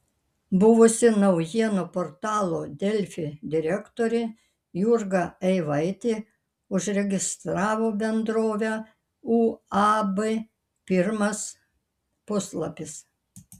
buvusi naujienų portalo delfi direktorė jurga eivaitė užregistravo bendrovę uab pirmas puslapis